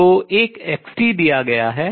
तो एक xt दिया गया है